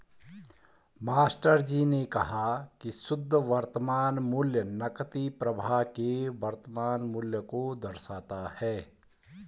मास्टरजी ने कहा की शुद्ध वर्तमान मूल्य नकदी प्रवाह के वर्तमान मूल्य को दर्शाता है